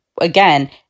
again